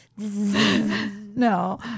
No